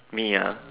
me ah